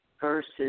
versus